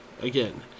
again